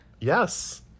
Yes